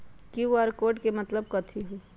QR code के मतलब कथी होई?